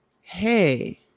hey